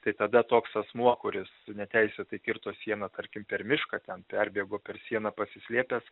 tai tada toks asmuo kuris neteisėtai kirto sieną tarkim per mišką ten perbėgo per sieną pasislėpęs